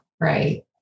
Right